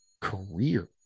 career